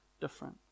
different